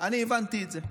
אני הבנתי את זה.